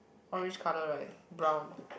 orange colour right brown